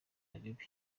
bibi